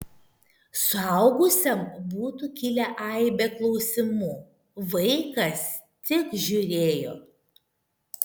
suaugusiam būtų kilę aibė klausimų vaikas tik žiūrėjo